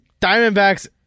Diamondbacks